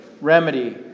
remedy